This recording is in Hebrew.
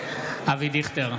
אבי דיכטר,